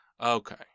Okay